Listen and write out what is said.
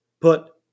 Put